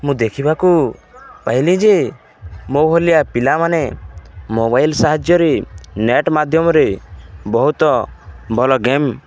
ମୁଁ ଦେଖିବାକୁ ପାଇଲି ଯେ ମୋ ଭଲିଆ ପିଲାମାନେ ମୋବାଇଲ ସାହାଯ୍ୟରେ ନେଟ୍ ମାଧ୍ୟମରେ ବହୁତ ଭଲ ଗେମ୍